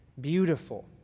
beautiful